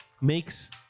makes